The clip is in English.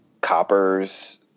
coppers